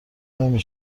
نمی